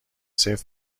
صفر